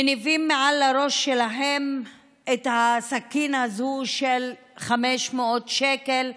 מניפים מעל הראש שלהם את הסכין הזאת של 500 שקל,